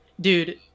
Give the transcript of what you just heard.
Dude